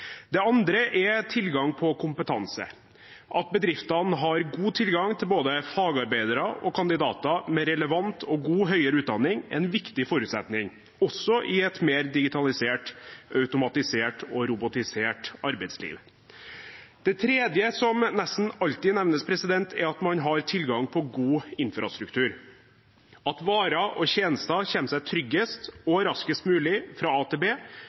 Det andre er tilgang på kompetanse. At bedriftene har god tilgang til både fagarbeidere og kandidater med relevant og god høyere utdanning, er en viktig forutsetning også i et digitalisert, automatisert og robotisert arbeidsliv. Det tredje som nesten alltid nevnes, er at man har tilgang på god infrastruktur, at varer og tjenester kommer seg tryggest og raskest mulig fra